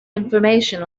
information